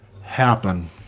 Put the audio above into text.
happen